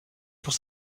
pour